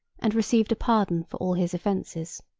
and received a pardon for all his offences.